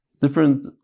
different